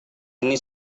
ini